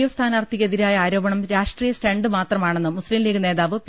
F സ്ഥാനാർത്ഥിക്കെതിരായ ആരോ പണം രാഷ്ട്രീയ സ്റ്റണ്ട് മാത്രമാണെന്ന് മുസ്തിംലീഗ് നേതാവ് പി